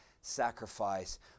sacrifice